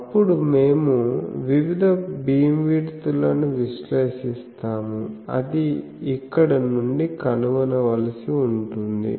అప్పుడు మేము వివిధ బీమ్విడ్త్లను విశ్లేషిస్తాము అది ఇక్కడ నుండి కనుగొనవలసి ఉంటుంది